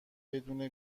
بدون